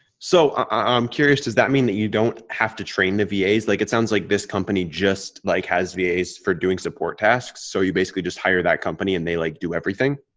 so i'm curious, does that mean that you don't have to train the vas? like, it sounds like this company just like has vas for doing support tasks? so you basically just hire that company? and they like, do everything?